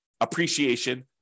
appreciation